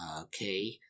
okay